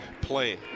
play